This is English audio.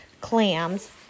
clams